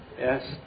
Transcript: yes